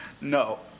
No